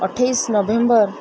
ଅଠେଇଶ ନଭେମ୍ବର